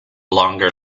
longer